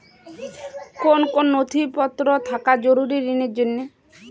কোন কোন নথিপত্র থাকা জরুরি ঋণের জন্য?